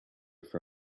for